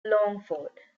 longford